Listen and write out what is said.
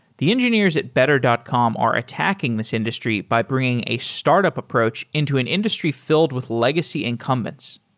the engineers at better dot com are attacking this industry by bringing a startup approach into an industry filled with legacy incumbents.